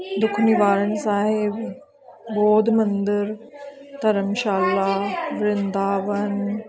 ਦੁੱਖ ਨਿਵਾਰਨ ਸਾਹਿਬ ਬੋਧ ਮੰਦਰ ਧਰਮਸ਼ਾਲਾ ਵਰਿੰਦਾਵਨ